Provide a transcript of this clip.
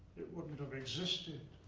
it wouldn't have existed.